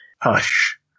hush